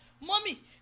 mommy